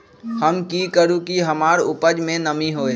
हम की करू की हमार उपज में नमी होए?